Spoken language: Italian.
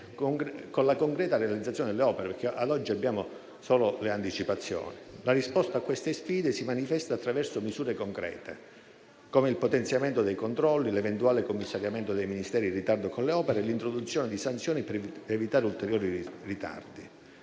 con la concreta realizzazione delle opere, perché, ad oggi, abbiamo solo le anticipazioni. La risposta a queste sfide si manifesta attraverso misure concrete, come il potenziamento dei controlli, l'eventuale commissariamento dei Ministeri in ritardo con le opere e l'introduzione di sanzioni per evitare ulteriori ritardi.